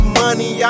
money